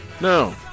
no